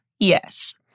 Yes